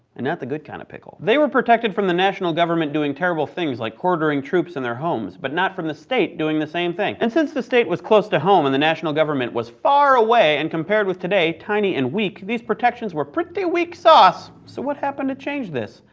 and not the good kind of pickle. they were protected from the national government doing terrible things, like quartering troops in their homes, but not from the state doing the same thing. and since the state was close to home and the national government was far away and, compared with today, tiny and weak, these protections were pretty weaksauce, so what happened to change this?